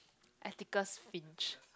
Atticus-Finch